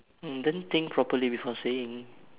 ah then think properly before saying